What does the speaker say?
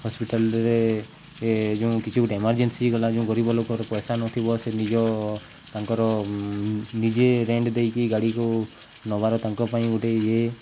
ହସ୍ପିଟାଲରେ ଏ ଯେଉଁ କିଛି ଗୋଟେ ଏମର୍ଜେନ୍ସି ଗଲା ଯେଉଁ ଗରିବ ଲୋକର ପଇସା ନଥିବ ସେ ନିଜ ତାଙ୍କର ନିଜେ ରେଣ୍ଟ ଦେଇକି ଗାଡ଼ିକୁ ନବାର ତାଙ୍କ ପାଇଁ ଗୋଟେ ଇଏ